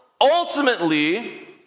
ultimately